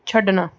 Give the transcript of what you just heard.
ਛੱਡਣਾ